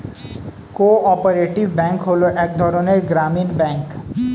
co operative bank হলো এক ধরনের গ্রামীণ ব্যাঙ্ক